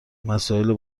مسائل